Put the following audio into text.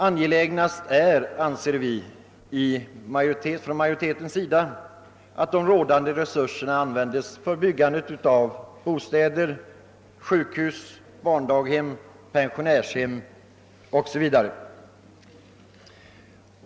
Angelägnast är, anser vi inom majoriteten, att de tillgängliga resurserna används för byggande av bostäder, sjukhus, barndaghem, pensionärshem 0. s. Vv.